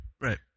Right